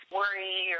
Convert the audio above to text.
worry